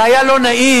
זה היה לא נעים,